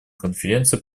конференции